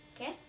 okay